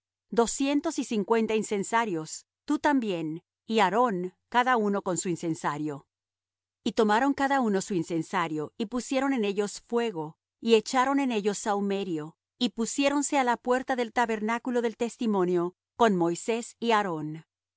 doscientos y cincuenta incensarios tú también y aarón cada uno con su incensario y tomaron cada uno su incensario y pusieron en ellos fuego y echaron en ellos sahumerio y pusiéronse á la puerta del tabernáculo del testimonio con moisés y aarón ya